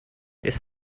this